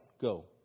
Go